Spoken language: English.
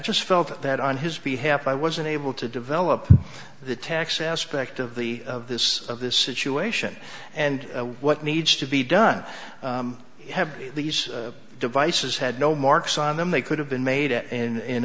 just felt that on his behalf i was unable to develop the tax aspect of the of this of this situation and what needs to be done i have these devices had no marks on them they could have been made at in